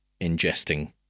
ingesting